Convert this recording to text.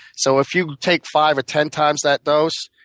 so if you take five or ten times that dose,